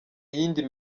yindi